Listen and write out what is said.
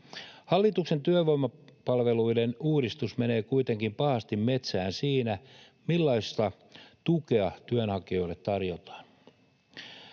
Hallituksen työvoimapalveluiden uudistus menee kuitenkin pahasti metsään siinä, millaista tukea työnhakijoille tarjotaan.